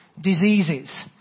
Diseases